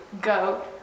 go